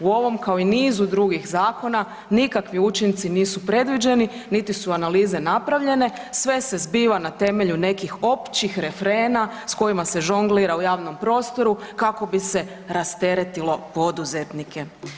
U ovom kao i nizu drugih zakona nikakvi učinci nisu predviđeni niti su analize napravljene, sve se zbiva na temelju nekih općih refrena s kojima se žonglira u javnom prostoru kako bi se rasteretilo poduzetnike.